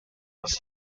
was